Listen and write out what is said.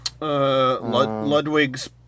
Ludwig's